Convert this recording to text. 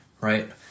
Right